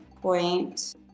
point